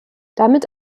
damit